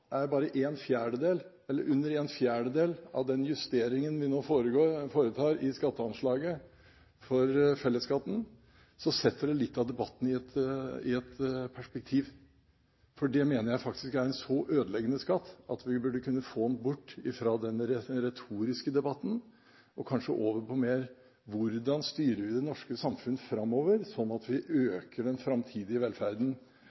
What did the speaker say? kapital bare er under en fjerdedel av den justeringen vi nå foretar i skatteanslaget for fellesskatten, setter det litt av debatten i et perspektiv. Jeg mener faktisk det er en så ødeleggende skatt at vi burde kunne få den bort fra den retoriske debatten og kanskje mer over på hvordan vi styrer det norske samfunn framover, slik at vi øker den framtidige velferden.